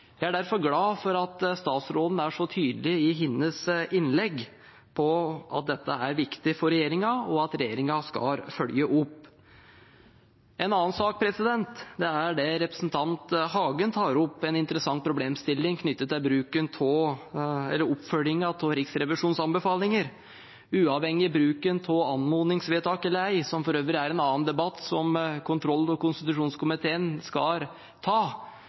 statsråden er så tydelig i sitt innlegg på at dette er viktig for regjeringen, og at regjeringen skal følge opp. En annen sak er det representanten Hagen tar opp – en interessant problemstilling knyttet til oppfølgingen av Riksrevisjonens anbefalinger. Uavhengig av bruken av anmodningsvedtak eller ei, som for øvrig er en annen debatt, som kontroll- og konstitusjonskomiteen skal ta,